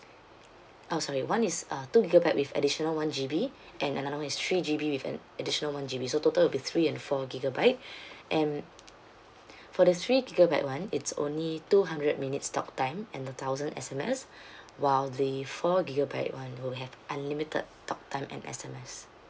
oh sorry one is uh two gigabyte with additional one G_B and another one is three G_B with an additional one G_B so total will be three and four gigabyte and for the three gigabyte one it's only two hundred minutes talk time and a thousand S_M_S while the four gigabyte one will have unlimited talk time and S_M_S